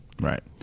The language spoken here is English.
right